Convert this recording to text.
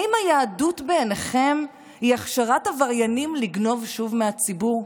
האם היהדות בעיניכם היא הכשרת עבריינים לגנוב שוב מהציבור?